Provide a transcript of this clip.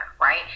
right